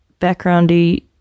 backgroundy